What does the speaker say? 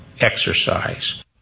exercise